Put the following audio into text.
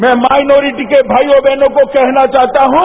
मैं माइनोरिटी के भाईयों और बहनों को कहना चाहता हूं